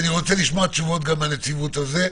אני רוצה לשמוע תשובות מהנציבות גם על זה.